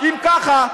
אם ככה,